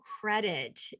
credit